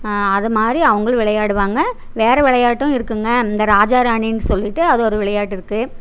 அதைமாரி அவங்களும் விளையாடுவாங்க வேறு விளையாட்டும் இருக்குங்க இந்த ராஜா ராணின்னு சொல்லிவிட்டு அது ஒரு விளையாட்டு இருக்கு